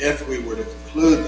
if we were to lose